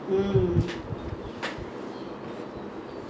then after my school I went to nursing right